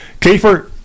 Kiefer